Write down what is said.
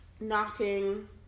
knocking